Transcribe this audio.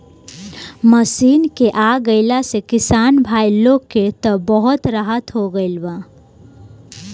machine के आ गईला से किसान भाई लोग के त बहुत राहत हो गईल बा